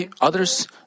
others